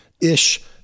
ish